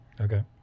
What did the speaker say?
Okay